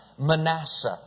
Manasseh